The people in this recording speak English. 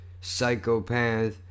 Psychopath